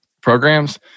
programs